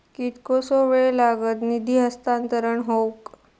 कितकोसो वेळ लागत निधी हस्तांतरण हौक?